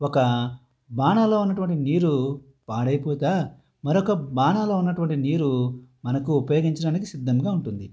ఒక బాణాలో ఉన్నటువంటి నీరు పాడైపోగా మరొక బాణాలో ఉన్నటువంటి నీరు మనకు ఉపయోగించడానికి సిద్ధంగా ఉంటుంది